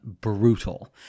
brutal